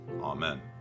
Amen